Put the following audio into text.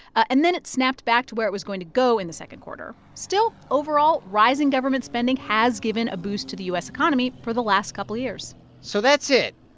and then it snapped back to where it was going to go in the second quarter. still, overall, rising government spending has given a boost to the u s. economy for the last couple years so that's it.